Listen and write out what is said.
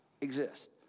exist